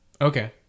Okay